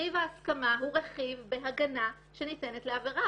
רכיב ההסכמה הוא רכיב בהגנה שניתנת לעבירה.